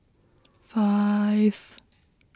five